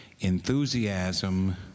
enthusiasm